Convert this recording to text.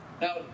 Now